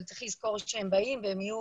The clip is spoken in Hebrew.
אבל צריך לזכור שהם באים והם יהיו